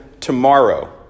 tomorrow